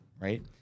right